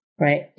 right